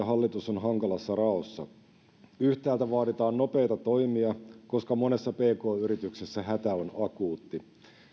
hallitus on hankalassa raossa yhtäältä vaaditaan nopeita toimia koska monessa pk yrityksessä hätä on akuutti